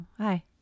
hi